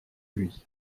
lui